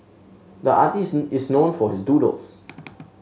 the artist is known for his doodles